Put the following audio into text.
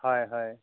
হয় হয়